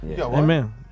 Amen